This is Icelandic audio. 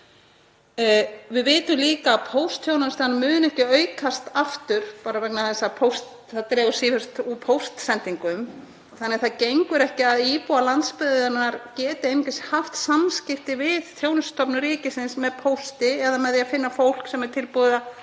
Við vitum líka að póstþjónustan mun ekki aukast aftur, bara vegna þess að það dregur sífellt úr póstsendingum þannig að það gengur ekki að íbúar landsbyggðarinnar geti einungis haft samskipti við þjónustustofnun ríkisins með pósti eða með því að finna fólk sem er tilbúið að